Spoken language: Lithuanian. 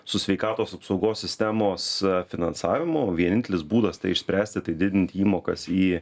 su sveikatos apsaugos sistemos finansavimu vienintelis būdas tai išspręsti tai didinti įmokas į